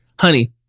honey